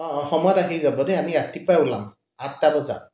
অঁ অঁ সময়ত আহি যাব দেই আমি ৰাতিপুৱাই ওলাম আঠটা বজাত